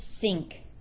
sink